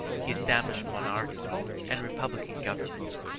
he established monarchical and republican government.